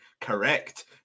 correct